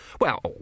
Well